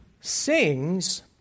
sings